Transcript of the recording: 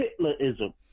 Hitlerism